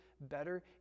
better